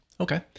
Okay